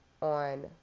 on